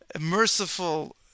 merciful